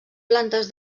plantes